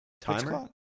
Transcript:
timer